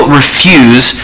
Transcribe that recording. refuse